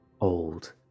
old